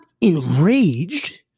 enraged